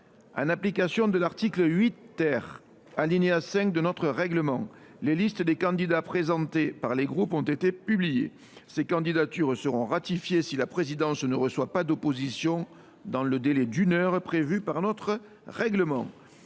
En application de l’article 8 , alinéa 5, de notre règlement, les listes des candidats présentés par les groupes ont été publiées. Ces candidatures seront ratifiées si la présidence ne reçoit pas d’opposition dans le délai d’une heure prévu par notre règlement.